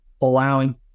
allowing